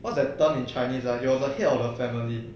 what's that term in chinese ah he was the head of the family